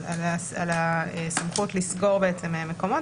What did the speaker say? על הסמכות לסגור מקומות.